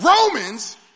Romans